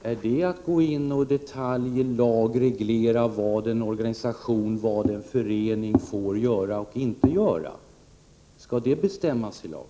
Är det att gå in och i detalj lagreglera vad en förening får göra och inte göra? Skall det bestämmas i lag?